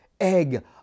egg